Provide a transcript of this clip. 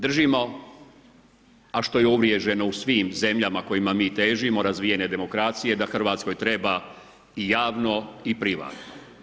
Držimo a što je uvriježeno u svim zemljama kojima mi težimo, razvijene demokracije da Hrvatskoj treba i javno i privatno.